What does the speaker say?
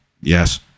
yes